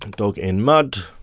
um dog in mud.